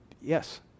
Yes